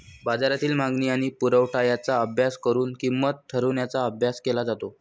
बाजारातील मागणी आणि पुरवठा यांचा अभ्यास करून किंमत ठरवण्याचा अभ्यास केला जातो